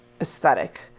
aesthetic